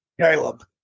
Caleb